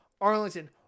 Arlington